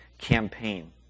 campaign